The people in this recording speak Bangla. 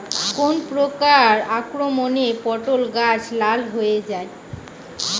কোন প্রকার আক্রমণে পটল গাছ লাল হয়ে যায়?